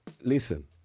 Listen